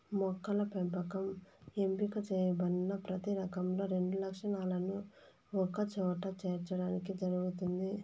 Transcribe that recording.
మొక్కల పెంపకం ఎంపిక చేయబడిన ప్రతి రకంలో రెండు లక్షణాలను ఒకచోట చేర్చడానికి జరుగుతుంది